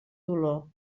dolor